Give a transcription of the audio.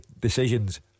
decisions